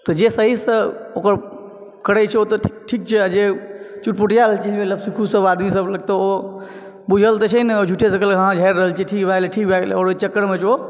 तऽ जे सहीसँ ओकर करै छै ओतऽ ठीक छै आओर जे चुटपुटिया नबसिखू आदमी सब लग तऽ ओ बुझल तऽ छै नहि आओर झूठे सऽ कहलक हँ झाड़ि रहल छी ठीक भए गेलै ठीक भए गेलै आओर ओहि चक्करमे ओ